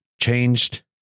changed